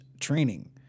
training